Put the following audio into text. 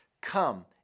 Come